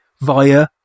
via